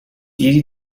easy